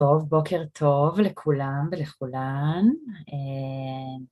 טוב בוקר טוב לכולם ולכולן.